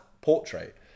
portrait